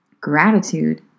Gratitude